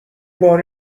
بار